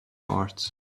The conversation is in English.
parts